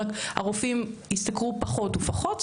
רק הרופאים השתכרו פחות ופחות.